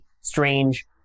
strange